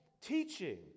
teaching